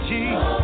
Jesus